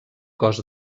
cos